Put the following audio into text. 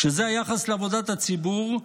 כשזה היחס לעבודת הציבור,